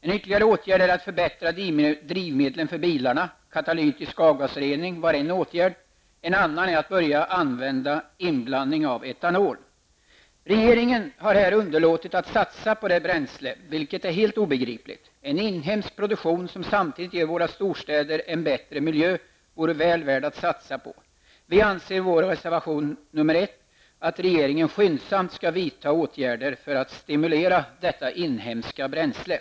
En ytterligare åtgärd är att förbättra drivmedlen för bilarna. Katalytisk avgasrening var en åtgärd, en annan är att börja använda inblandning av etanol. Regeringen har här underlåtit att satsa på detta bränsle vilket är helt obegripligt. En inhemsk produktion som samtidigt ger våra storstäder en bättre miljö. Vi anser i vår reservation nr 1 att regeringen skyndsamt skall vidta åtgärder för att stimulera detta inhemska bränsle.